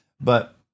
But-